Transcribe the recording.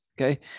Okay